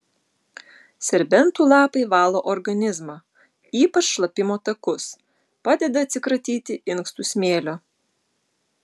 serbentų lapai valo organizmą ypač šlapimo takus padeda atsikratyti inkstų smėlio